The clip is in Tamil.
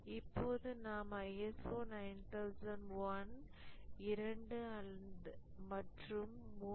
இப்போது நாம் ISO 9001 2 மற்றும் 3